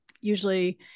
usually